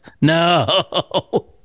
No